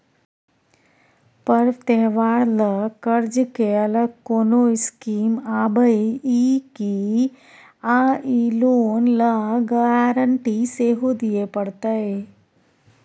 पर्व त्योहार ल कर्ज के अलग कोनो स्कीम आबै इ की आ इ लोन ल गारंटी सेहो दिए परतै?